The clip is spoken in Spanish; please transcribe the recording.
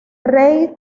rey